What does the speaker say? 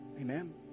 Amen